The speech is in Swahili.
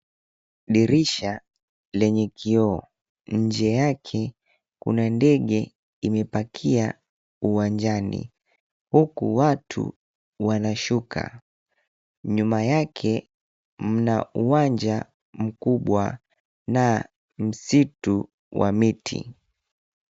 Dirisha lenye kioo, nje yake, kuna ndege imepakia uwanjani, huku watu wanashuka. Nyuma yake, mna uwanja mkubwa na msitu wa miti.